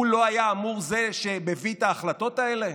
הוא לא היה אמור להיות זה שמביא את ההחלטות האלה?